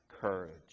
courage